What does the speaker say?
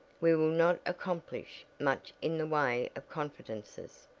we will not accomplish much in the way of confidences,